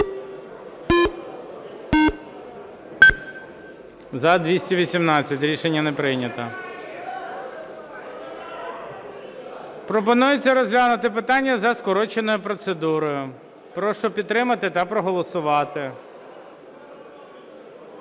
За-218 Рішення не прийнято. Пропонується розглянути питання за скороченою процедурою. Прошу підтримати та проголосувати.